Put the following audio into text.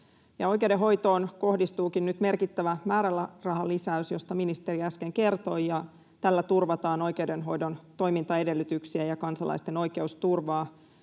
Oikeudenhoitoon kohdistuukin nyt merkittävä määrärahalisäys, josta ministeri äsken kertoi. Tällä turvataan oikeudenhoidon toimintaedellytyksiä ja kansalaisten oikeusturvaa,